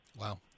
Wow